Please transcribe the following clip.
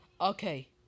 Okay